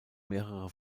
mehrere